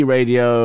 Radio